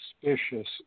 suspicious